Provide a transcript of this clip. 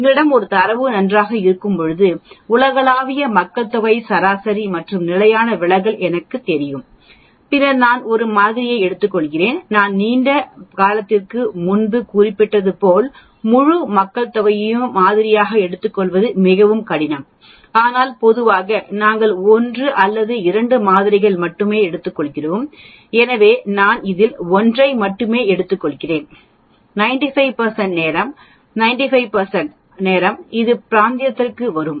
எங்களிடம் ஒரு தரவு நன்றாக இருக்கும்போது உலகளாவிய மக்கள்தொகை சராசரி மற்றும் நிலையான விலகல் எனக்குத் தெரியும் பின்னர் நான் 1 மாதிரியை எடுத்துக்கொள்கிறேன் நான் நீண்ட காலத்திற்கு முன்பே குறிப்பிட்டது போல் முழு மக்கள்தொகையையும் மாதிரியாக எடுத்துக்கொள்வது மிகவும் கடினம் ஆனால் பொதுவாக நாங்கள் 1 அல்லது 2 மாதிரிகள் மட்டுமே எடுத்துக் கொள்கிறோம் எனவே நான் இதில் 1 ஐ மட்டுமே எடுத்துக்கொள்கிறேன் 95 நேரம் 95 நேரம் இந்த பிராந்தியத்திற்குள் வரும்